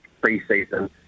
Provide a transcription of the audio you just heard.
pre-season